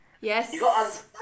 Yes